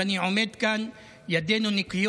ואני עומד כאן, ידינו נקיות.